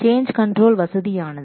change control வசதியானது